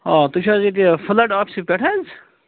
آ تُہۍ چھِو حظ ییٚتہِ فٕلڈ آفِسہٕ پٮ۪ٹھ حظ